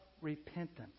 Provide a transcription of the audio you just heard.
repentance